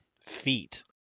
feet